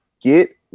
get